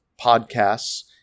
podcasts